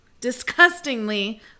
disgustingly